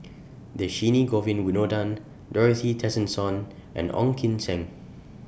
Dhershini Govin Winodan Dorothy Tessensohn and Ong Kim Seng